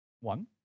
One